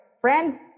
friend